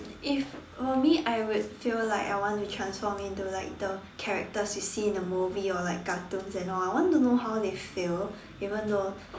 if for me I would feel like I want to transform into like the characters you see in the movie or like cartoons and all I want to know how they feel even though